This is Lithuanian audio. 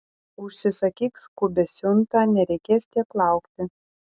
užsisakyk skubią siuntą nereikės tiek laukti